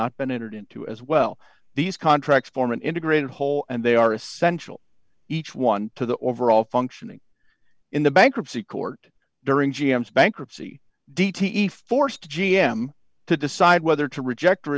not been entered into as well these contracts form an integrated whole and they are essential each one to the overall functioning in the bankruptcy court during g m s bankruptcy d t e forced g m to decide whether to reject or